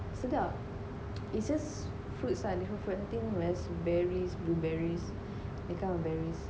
sedap it just fruits lah for nothing less berries blueberries that kind of berries